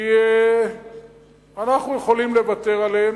כי אנחנו יכולים לוותר עליהם.